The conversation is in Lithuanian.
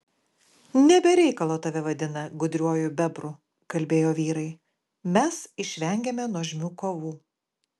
ne be reikalo tave vadina gudriuoju bebru kalbėjo vyrai mes išvengėme nuožmių kovų